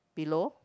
below